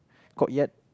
courtyard